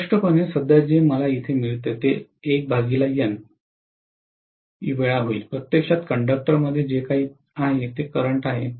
स्पष्टपणे सध्या जे मला येथे मिळते ते वेळा होईल प्रत्यक्षात कंडक्टरमध्ये जे काही आहे ते करंट आहे